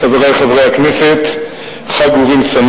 של חבר הכנסת יעקב כץ,